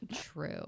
True